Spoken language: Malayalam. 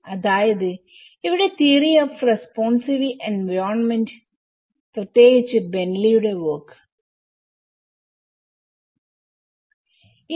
അതായത് ഇവിടെ തിയറി ഓഫ് റെസ്പോൺസീവ് എൻവയോൺമെന്റ് പ്രത്യേകിച്ച് ബെന്റ്ലിയുടെ വർക്ക്Bentleys work